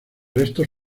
restos